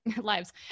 lives